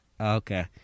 Okay